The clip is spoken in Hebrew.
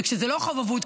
וכשזה לא חוב אבוד,